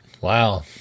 Wow